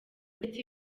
uretse